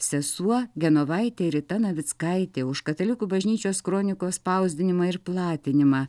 sesuo genovaitė rita navickaitė už katalikų bažnyčios kronikos spausdinimą ir platinimą